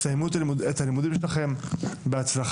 תסיימו את הלימודים שלכם בהצלחה,